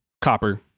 copper